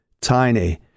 Tiny